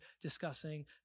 discussing